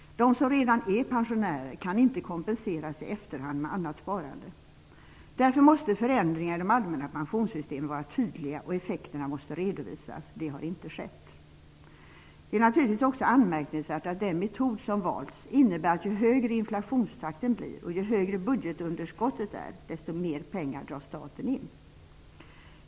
De som redan är pensionärer kan inte kompensera sig i efterhand med annat sparande. Därför måste förändringar i de allmänna pensionssystemen vara tydliga och effekterna måste redovisas. Det har inte skett. Det är naturligtvis också anmärkningsvärt att den metod som valts innebär att ju högre inflationstakten blir och ju mer budgetunderskottet växer, desto mer pengar sparar staten.